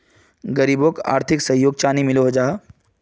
गरीबोक आर्थिक सहयोग चानी मिलोहो जाहा?